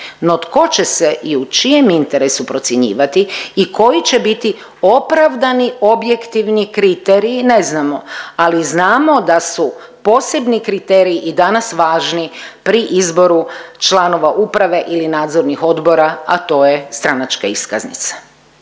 No, tko će se i u čijem interesu procjenjivati i koji će biti opravdani, objektivni kriteriji ne znamo, ali znamo da su posebni kriteriji i danas važni pri izboru članova uprave ili nadzornih odbora a to je stranačka iskaznica.